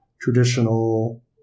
traditional